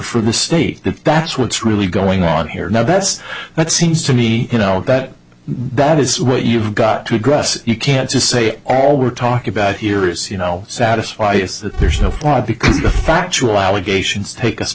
for the state if that's what's really going on here know best that seems to me you know that that is what you've got to address you can't just say all we're talking about here is you know satisfy it's that there's no fraud because the factual allegations take us